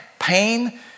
Pain